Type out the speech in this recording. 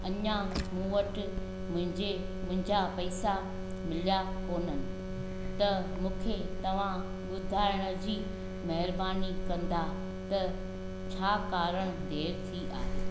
अञा मूं वटि मुंहिंजे मुंहिंजा पैसा मिलिया कोन्हनि त मूंखे तव्हां ॿुधाइण जी महिरबानी कंदा त छा कारण देरि थी आहे